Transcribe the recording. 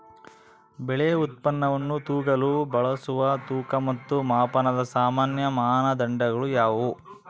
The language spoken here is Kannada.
ಬೆಳೆ ಉತ್ಪನ್ನವನ್ನು ತೂಗಲು ಬಳಸುವ ತೂಕ ಮತ್ತು ಮಾಪನದ ಸಾಮಾನ್ಯ ಮಾನದಂಡಗಳು ಯಾವುವು?